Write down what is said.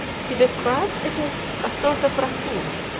he describes it as a sort of raccoon,